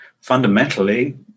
fundamentally